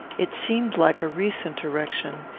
it seemed like a recent erection,